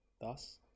Thus